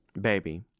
Baby